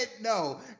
No